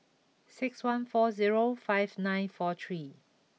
six one four zero five nine four three